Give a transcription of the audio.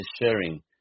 sharing